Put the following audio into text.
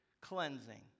cleansing